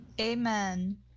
amen